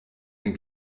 ein